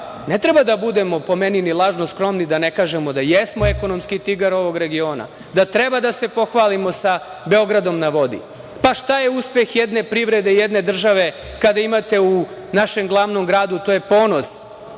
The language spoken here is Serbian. treba da budemo, po meni, ni lažno skromni da ne kažemo da jesmo ekonomski tigar ovog regiona, da treba da se pohvalimo sa „Beogradom na vodi“. Šta je uspeh jedne privrede, jedne države kada imate u našem glavnom gradu, to je ponos,